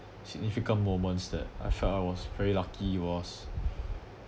significant moments that I felt I was very lucky was